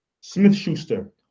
Smith-Schuster